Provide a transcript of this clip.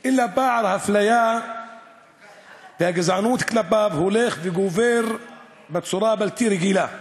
אלא פער האפליה והגזענות כלפיו הולך וגובר בצורה בלתי רגילה.